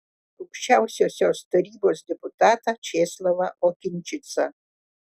aukščiausiosios tarybos deputatą česlavą okinčicą